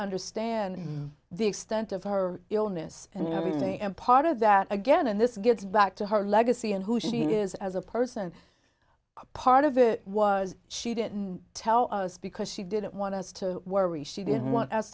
understand the extent of her illness and you know part of that again and this gets back to her legacy and who she is as a person part of it was she didn't tell us because she didn't want us to worry she didn't want us